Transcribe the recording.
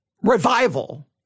revival